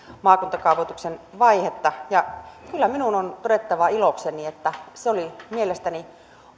maakuntakaavoituksen vaihetta ja kyllä minun on todettava ilokseni että se oli mielestäni